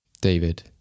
David